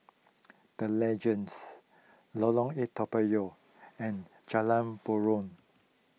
the Legends Lorong eight Toa Payoh and Jalan Buroh